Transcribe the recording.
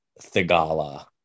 Thigala